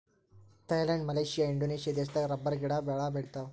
Thailand Malaysia Indonesia ದೇಶದಾಗ ರಬ್ಬರಗಿಡಾ ಬಾಳ ಅದಾವ